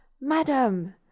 madam